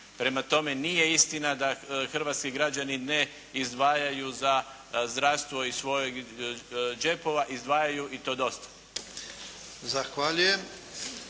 Prema tome, nije istina da hrvatski građani ne izdvajaju za zdravstvo iz svojih džepova. Izdvajaju i to dosta.